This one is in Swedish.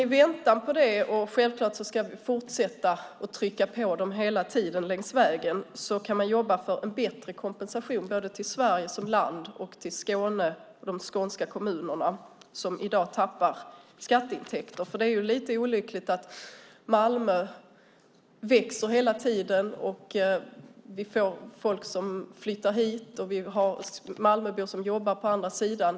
I väntan på detta, och vi ska självklart fortsätta att trycka på dem hela tiden längs vägen, ska vi jobba för en bättre kompensation både till Sverige som land och till Skåne och de skånska kommuner som i dag tappar skatteintäkter. Det är jättepositivt att Malmö växer hela tiden, människor flyttar hit och det finns Malmöbor som arbetar på andra sidan.